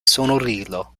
sonorilo